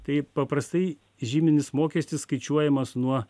tai paprastai žyminis mokestis skaičiuojamas nuo